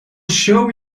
show